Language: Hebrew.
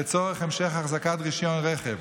לצורך המשך החזקת רישיון רכב,